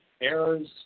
errors